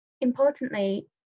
Importantly